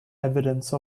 evidence